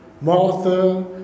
Martha